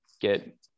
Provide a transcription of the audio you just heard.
get